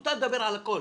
מותר לדבר על הכול.